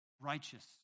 righteous